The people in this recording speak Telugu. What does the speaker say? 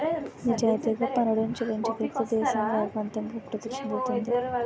నిజాయితీగా పనులను చెల్లించగలిగితే దేశం వేగవంతంగా అభివృద్ధి చెందుతుంది